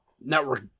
network